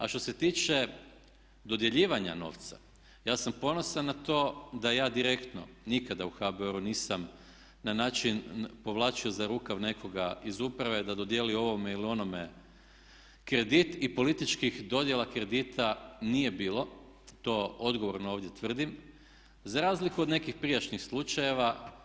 A što se tiče dodjeljivanja novca, ja sam ponosan na to da ja direktno nikada u HBOR-u nisam na način povlačio za rukav nekoga iz uprave da dodijeli ovome ili onome kredit i političkih dodjela kredita nije bilo, to odgovorno ovdje tvrdim za razliku od nekih prijašnjih slučajeva.